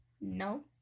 No